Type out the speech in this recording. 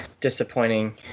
disappointing